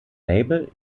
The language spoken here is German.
label